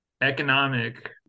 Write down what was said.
economic